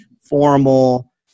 formal